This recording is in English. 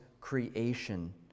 creation